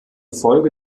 folge